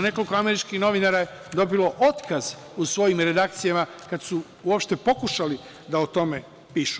Nekoliko američkih novinara je dobilo otkaz u svojim redakcijama kad su uopšte pokušali da o tome pišu.